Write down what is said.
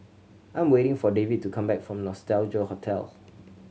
I'm waiting for David to come back from Nostalgia Hotel